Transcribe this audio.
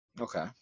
Okay